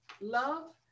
love